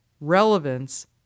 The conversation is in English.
Relevance